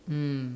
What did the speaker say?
mm